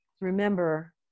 remember